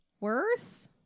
worse